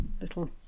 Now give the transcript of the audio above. little